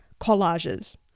collages